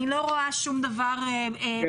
כן,